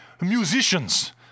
musicians